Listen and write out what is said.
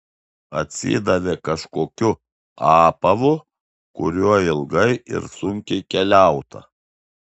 atsidavė kažkokiu apavu kuriuo ilgai ir sunkiai keliauta